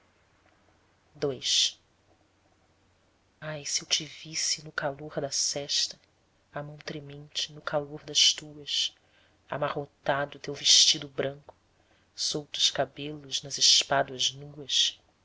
orvalho ai se eu te visse no calor da sesta a mão tremente no calor das tuas amarrotado o teu vestido branco soltos cabelos nas espáduas nuas